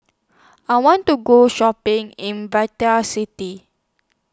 I want to Go Shopping in City